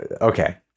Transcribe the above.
Okay